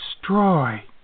destroy